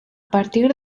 partir